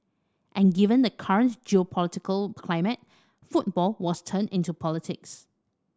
and given the current geopolitical climate football was turned into politics